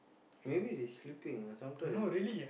maybe he sleeping ah sometimes